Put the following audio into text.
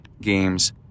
games